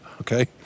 okay